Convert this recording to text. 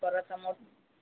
चला तर मग